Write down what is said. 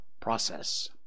process